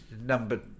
number